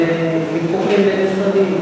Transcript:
אם זה ויכוחים בין משרדים.